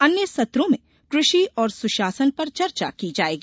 अन्य सत्रों में क्रषि और सुशासन पर चर्चा की जाएगी